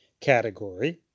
category